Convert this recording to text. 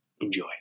enjoy